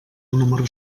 número